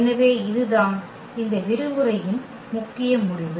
எனவே இதுதான் இந்த விரிவுரையின் முக்கிய முடிவு